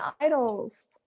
idols